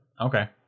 Okay